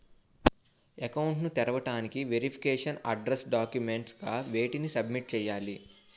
Account ను తెరవటానికి verification address documents గా వేటిని సబ్మిట్ చేయాలి?